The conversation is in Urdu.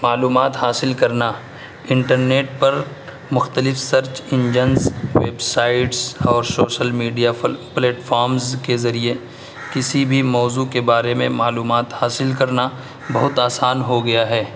معلومات حاصل کرنا انٹرنیٹ پر مختلف سرچ انجنس ویب سائٹس اور شوشل میڈیا پلیٹ فامس کے ذریعے کسی بھی موضوع کے بارے میں معلومات حاصل کرنا بہت آسان ہو گیا ہے